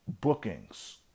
bookings